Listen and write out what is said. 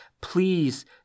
please